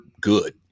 good